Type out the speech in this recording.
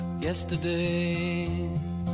Yesterday